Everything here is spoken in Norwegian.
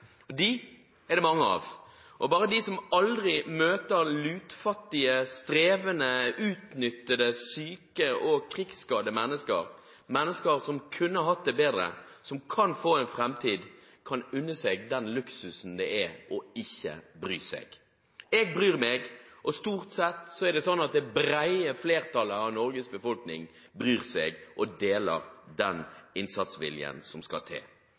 er det mange av, og bare de som aldri møter lutfattige, strevende, utnyttede, syke og krigsskadde mennesker – mennesker som kunne hatt det bedre, som kan få en fremtid – kan unne seg den luksusen det er ikke å bry seg. Jeg bryr meg, og stort sett er det sånn at det brede flertallet av Norges befolkning bryr seg og deler den innsatsviljen som skal til.